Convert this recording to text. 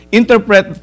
interpret